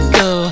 go